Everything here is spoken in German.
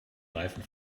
reifen